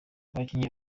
abakinnyi